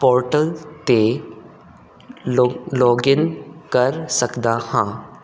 portal 'ਤੇ ਲੌ login ਕਰ ਸਕਦਾ ਹਾਂ